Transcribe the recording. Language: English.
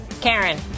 Karen